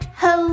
ho